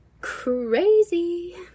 Crazy